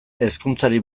hezkuntzari